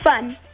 fun